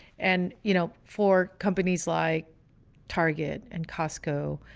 and, you know, for companies like target and costco